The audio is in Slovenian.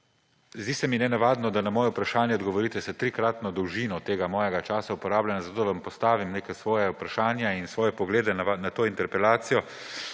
zdi se mi nenavadno, da na moje vprašanje odgovorite s trikratno dolžino tega mojega časa − uporabljam za to, da vam postavim neka svoja vprašanja in svoje poglede na to interpelacijo.